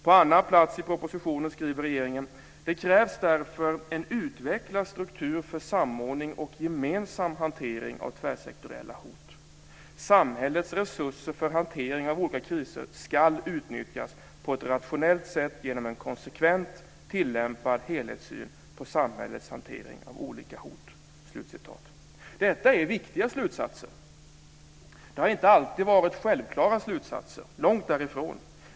På annan plats i propositionen skriver regeringen: "Det krävs därför en utvecklad struktur för samordning och gemensam hantering av tvärsektoriella hot. Samhällets resurser för hantering av olika kriser skall utnyttjas på ett rationellt sätt genom en konsekvent tillämpad helhetssyn på samhällets hantering av olika hot." Detta är viktiga slutsatser. Det har inte alltid varit självklara slutsatser - långt därifrån.